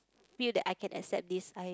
feel that I can accept this I